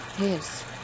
Yes